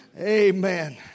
Amen